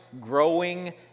growing